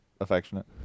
affectionate